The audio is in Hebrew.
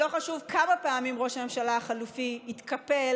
שלא חשוב כמה פעמים ראש הממשלה החלופי יתקפל,